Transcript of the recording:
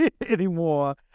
anymore